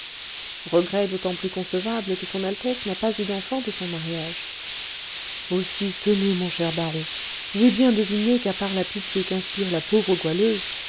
regrets d'autant plus concevables que son altesse n'a pas eu d'enfant de son mariage aussi tenez mon cher baron j'ai bien deviné qu'à part la pitié qu'inspire la pauvre goualeuse